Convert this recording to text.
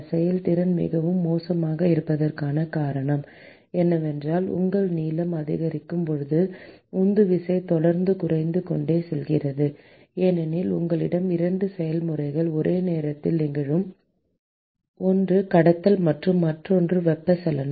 செயல்திறன் மிகவும் மோசமாக இருப்பதற்கான காரணம் என்னவென்றால் உங்கள் நீளம் அதிகரிக்கும் போது உந்துவிசை தொடர்ந்து குறைந்து கொண்டே செல்கிறது ஏனெனில் உங்களிடம் 2 செயல்முறைகள் ஒரே நேரத்தில் நிகழும் ஒன்று கடத்தல் மற்றும் மற்றொன்று வெப்பச்சலனம்